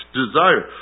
desire